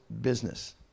business